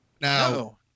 Now